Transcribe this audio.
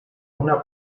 una